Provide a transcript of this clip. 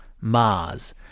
Mars